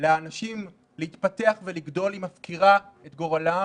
לאנשים להתפתח ולגדול היא מפקירה את גורלם